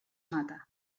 mata